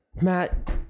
Matt